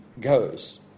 goes